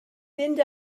fynd